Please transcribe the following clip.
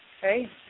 Hey